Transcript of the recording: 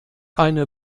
eine